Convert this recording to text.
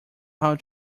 how